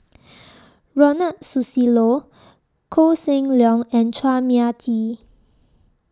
Ronald Susilo Koh Seng Leong and Chua Mia Tee